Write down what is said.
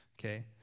Okay